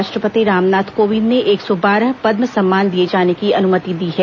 राष्ट्रपति रामनाथ कोविंद ने एक सौ बारह पद्म सम्मान दिये जाने की अनुमति दी है